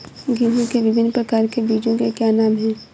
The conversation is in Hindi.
गेहूँ के विभिन्न प्रकार के बीजों के क्या नाम हैं?